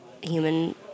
human